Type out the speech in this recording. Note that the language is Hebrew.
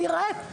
אני רעב״.